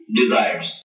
desires